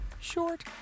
Short